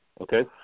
Okay